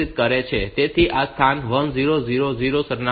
તેથી આ સ્થાન 1000 સરનામું છે